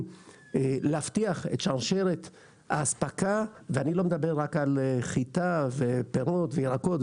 להבטיח את שרשרת האספקה ואני לא מדבר רק על חיטה ופירות וירקות,